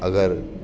अगरि